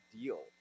deal